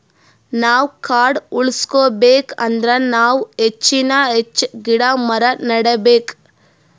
ನಾವ್ ಕಾಡ್ ಉಳ್ಸ್ಕೊಬೇಕ್ ಅಂದ್ರ ನಾವ್ ಹೆಚ್ಚಾನ್ ಹೆಚ್ಚ್ ಗಿಡ ಮರ ನೆಡಬೇಕ್